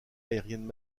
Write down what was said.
aériennes